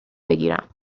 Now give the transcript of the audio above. بگیرم